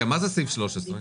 מה זה סעיף 13?